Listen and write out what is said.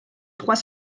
trois